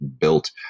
built